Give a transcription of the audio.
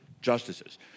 justices